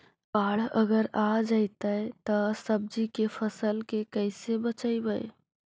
बाढ़ अगर आ जैतै त सब्जी के फ़सल के कैसे बचइबै?